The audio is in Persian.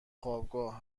خوابگاه